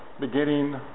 beginning